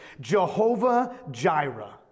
Jehovah-Jireh